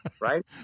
Right